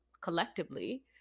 collectively